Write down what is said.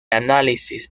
análisis